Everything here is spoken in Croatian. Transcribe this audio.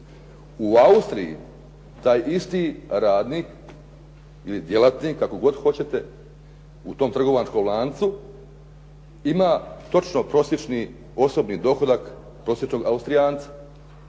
U Austriji taj isti radnik ili djelatnik, kako god hoćete u tom trgovačkom lancu ima točno prosječni osobni dohodak prosječnog Austrijanca.